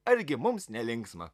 argi mums nelinksma